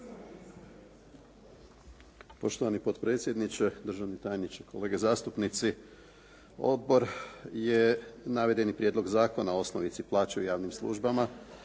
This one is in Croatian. Poštovani potpredsjedniče, državni tajniče, kolege zastupnici. Pa Prijedlog zakona o osnovici plaće u javnim službama